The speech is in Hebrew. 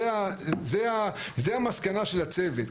זו המסקנה של הצוות,